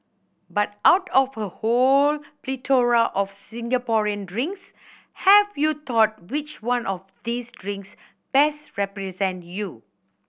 but out of a whole plethora of Singaporean drinks have you thought which one of these drinks best represent you